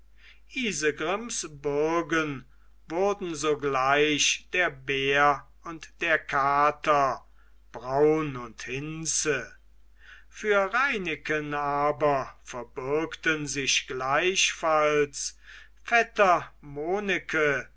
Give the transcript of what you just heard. isegrims bürgen wurden sogleich der bär und der kater braun und hinze für reineken aber verbürgten sich gleichfalls